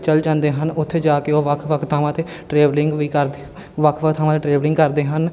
ਚਲ ਜਾਂਦੇ ਹਨ ਉੱਥੇ ਜਾ ਕੇ ਉਹ ਵੱਖ ਵੱਖ ਥਾਵਾਂ 'ਤੇ ਟ੍ਰੈਵਲਿੰਗ ਵੀ ਕਰਦੇ ਵੱਖ ਵੱਖ ਥਾਵਾਂ 'ਤੇ ਟ੍ਰੈਵਲਿੰਗ ਕਰਦੇ ਹਨ